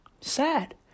Sad